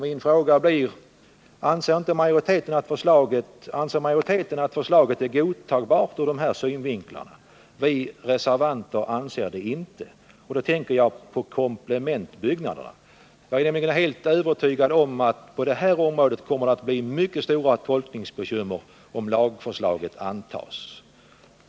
Min fråga blir: Anser majoriteten att förslaget är godtagbart ur dessa synvinklar? Vi reservanter anser det inte. Då tänker jag på komplementbyggnader. Jag är nämligen helt övertygad om att det på detta område kommer att bli mycket stora tolkningsbekymmer om lagförslaget antas.